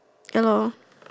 ya lor